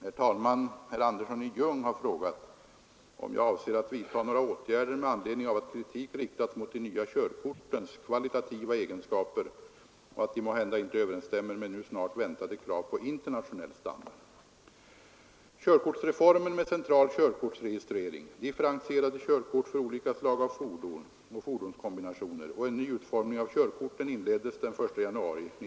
Herr talman! Herr Andersson i Ljung har frågat om jag avser att vidta några åtgärder med anledning av att kritik riktats mot de nya körkortens kvalitativa egenskaper och att de måhända inte överensstämmer med nu snart väntade krav på internationell standard.